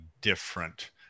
different